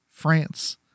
France